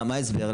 מה ההסבר?